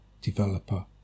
developer